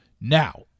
Now